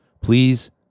Please